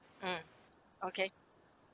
mm okay